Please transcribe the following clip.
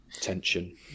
tension